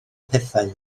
pethau